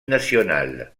nationale